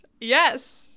Yes